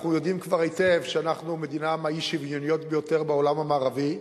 אנחנו כבר יודעים היטב שאנחנו מדינה מהאי-שוויוניות ביותר בעולם המערבי,